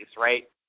right